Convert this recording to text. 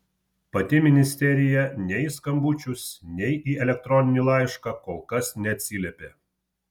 pati ministerija nei į skambučius nei į elektroninį laišką kol kas neatsiliepė